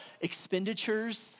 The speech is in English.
expenditures